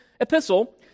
epistle